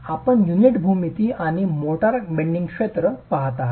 आपण युनिट भूमिती आणि मोर्टार बेडिंग क्षेत्र पहात आहात